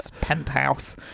penthouse